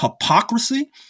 hypocrisy